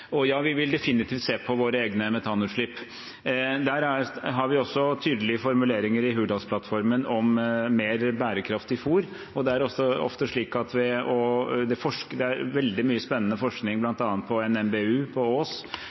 Og ja, vi vil definitivt se på våre egne metanutslipp. Vi har tydelige formuleringer om mer bærekraftig fôr i Hurdalsplattformen. Det er også veldig mye spennende forskning, bl.a. på NMBU på Ås, når det gjelder hvordan man kan få fram fôrtyper som er